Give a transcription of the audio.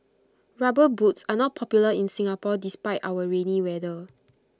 rubber boots are not popular in Singapore despite our rainy weather